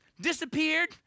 disappeared